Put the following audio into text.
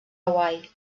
hawaii